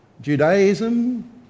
Judaism